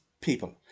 people